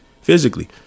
physically